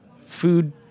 food